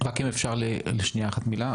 רק אם אפשר לשנייה אחת מילה.